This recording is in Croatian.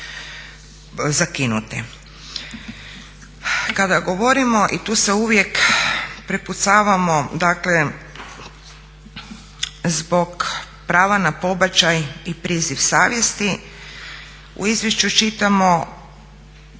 zakinute. Kada govorimo, i tu se uvijek prepucavamo, dakle zbog prava na pobačaj i priziv savjesti, u izvješću čitamo